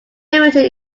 limited